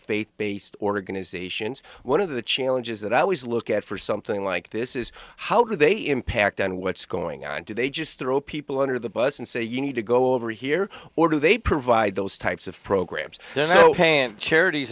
faith based organizations one of the challenges that i always look at for something like this is how do they impact on what's going on do they just throw people under the bus and say you need to go over here or do they provide those types of programs ok and charities